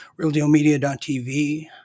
realdealmedia.tv